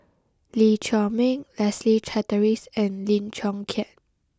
Lee Chiaw Meng Leslie Charteris and Lim Chong Keat